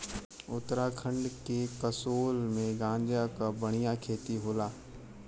उत्तराखंड के कसोल में गांजा क बढ़िया खेती होला